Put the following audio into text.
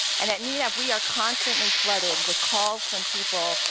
and at nedap, we are constantly flooded with calls from people,